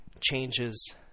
changes